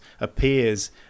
appears